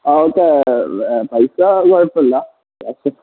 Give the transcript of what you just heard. ആ ഓക്കെ പൈസ കുഴപ്പമില്ല